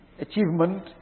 achievement